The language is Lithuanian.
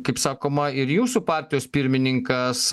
kaip sakoma ir jūsų partijos pirmininkas